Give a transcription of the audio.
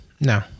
No